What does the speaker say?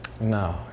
No